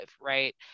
right